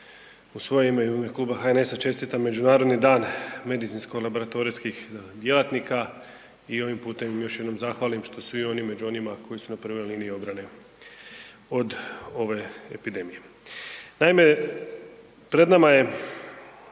u svoje ime i u ime kluba HNS-a čestitam Međunarodni dan medicinsko laboratorijskih djelatnika i ovim putem još jednom zahvalim što su i oni među onima koji su na prvoj liniji obrane od ove epidemije.